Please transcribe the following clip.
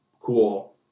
cool